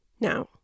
Now